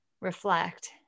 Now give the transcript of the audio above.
reflect